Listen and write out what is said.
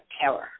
terror